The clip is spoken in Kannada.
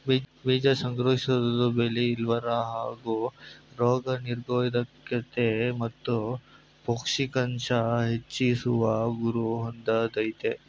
ಬೀಜ ಸಂಗ್ರಹಿಸೋದು ಬೆಳೆ ಇಳ್ವರಿ ಹಾಗೂ ರೋಗ ನಿರೋದ್ಕತೆ ಮತ್ತು ಪೌಷ್ಟಿಕಾಂಶ ಹೆಚ್ಚಿಸುವ ಗುರಿ ಹೊಂದಯ್ತೆ